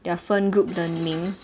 their 分 group 的名